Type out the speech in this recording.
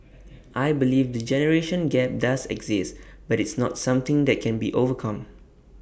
I believe the generation gap does exist but it's not something that can't be overcome